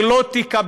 היא לא תקבל,